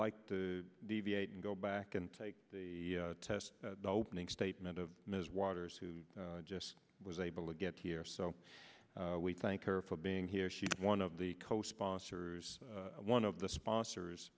like to deviate and go back and take the test opening statement of ms waters who just was able to get here so we thank her for being here she's one of the co sponsors one of the sponsors